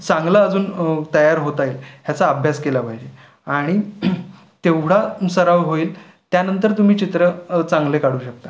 चांगलं अजून तयार होता येईल ह्याचा अभ्यास केला पाहिजे आणि तेवढा सराव होईल त्यानंतर तुम्ही चित्र चांगले काढू शकता